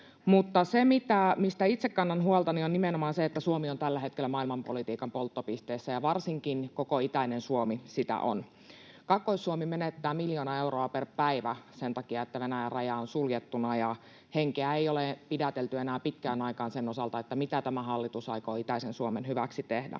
Mutta se, mistä itse kannan huolta, on nimenomaan se, että Suomi on tällä hetkellä maailmanpolitiikan polttopisteessä ja varsinkin koko itäinen Suomi sitä on. Kaakkois-Suomi menettää miljoona euroa per päivä sen takia, että Venäjän raja on suljettuna, ja henkeä ei ole pidätelty enää pitkään aikaan sen osalta, mitä tämä hallitus aikoo itäisen Suomen hyväksi tehdä.